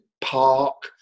park